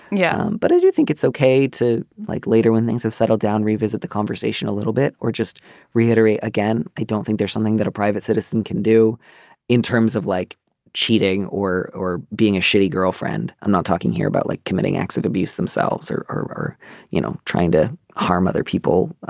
yeah but i do think it's ok to like later when things have settled down revisit the conversation a little bit or just reiterate again. i don't think there's something that a private citizen can do in terms of like cheating or being being a shitty girlfriend. i'm not talking here about like committing acts of abuse themselves or or you know trying to harm other people.